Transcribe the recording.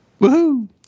Woohoo